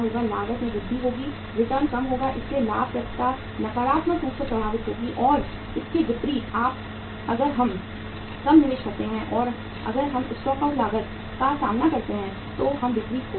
लागत में वृद्धि होगी रिटर्न कम होगा इसलिए लाभप्रदता नकारात्मक रूप से प्रभावित होगी और इसके विपरीत अगर हम कम निवेश करते हैं और अगर हम स्टॉक आउट लागत का सामना करते हैं तो हम बिक्री खो देंगे